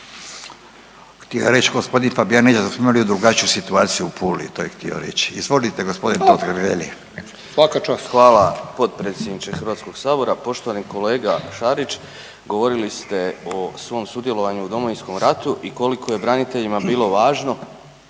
Htio je reći gospodin Fabijanić da smo imali drugačiju situaciju u Puli, to je htio reći. Izvolite gospodin Totgergeli. … /Upadica: Svaka čast./ … **Totgergeli, Miro (HDZ)** Hvala gospodine potpredsjedniče Hrvatskoga sabora. Poštovani kolega Šarić, govorili ste o svom sudjelovanju u Domovinskom ratu i koliko je braniteljima bilo važno